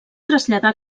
traslladar